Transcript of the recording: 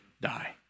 die